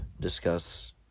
discuss